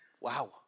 Wow